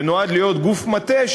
שנועד להיות גוף מטה,